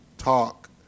talk